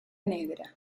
negra